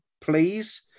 please